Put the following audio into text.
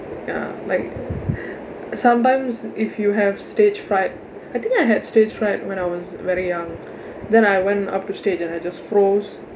ya like sometimes if you have stage fright I think I had stage fright when I was very young then I went up to stage and I just froze